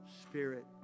spirit